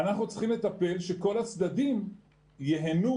אנחנו צריכים לטפל שכל הצדדים ייהנו